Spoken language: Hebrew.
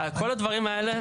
כל הדברים האלה,